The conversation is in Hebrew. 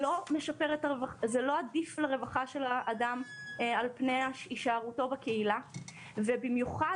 זה לא עדיף לרווחה של האדם על פני הישארותו בקהילה ובמיוחד